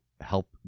help